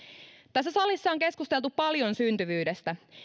tässä salissa on keskusteltu paljon syntyvyydestä